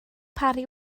parry